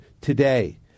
today